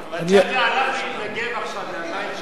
מג'אדלה הלך להתנגב עכשיו מהמים של אנסטסיה.